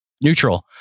neutral